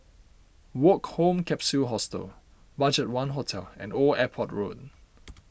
Woke Home Capsule Hostel Budgetone Hotel and Old Airport Road